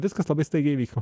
viskas labai staigiai vyko